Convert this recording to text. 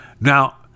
now